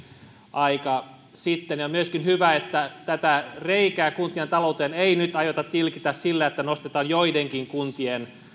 aika sitten on myöskin hyvä että tätä reikää kuntien taloudessa ei nyt aiota tilkitä sillä että nostetaan joidenkin kuntien